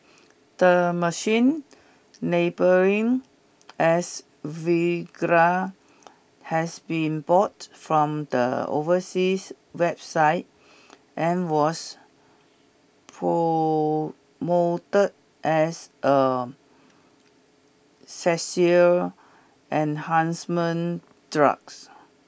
the machine labelling as Viagra has been bought from the overseas website and was promoted as a sexual enhancement drugs